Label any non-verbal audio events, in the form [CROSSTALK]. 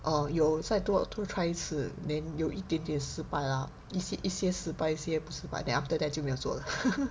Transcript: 哦有再多多 try 一次 then 有一点点失败啦一一些失败一些不失败 then after that 就没有做了 [LAUGHS]